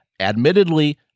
Admittedly